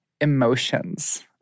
emotions